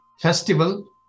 festival